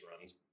runs